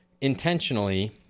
intentionally